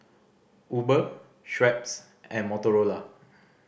Uber Schweppes and Motorola